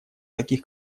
таких